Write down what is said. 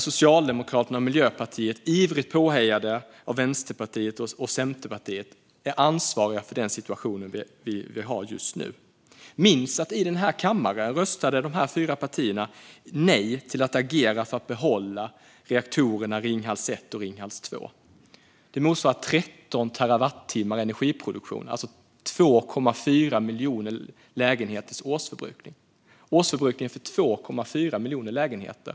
Socialdemokraterna och Miljöpartiet - ivrigt påhejade av Vänsterpartiet och Centerpartiet - är ansvariga för den situation som vi har just nu. Minns att dessa fyra partier här i kammaren röstade nej till att agera för att behålla reaktorerna Ringhals 1 och Ringhals 2! Det motsvarar 13 terawattimmar energiproduktion. Det är årsförbrukningen för 2,4 miljoner lägenheter.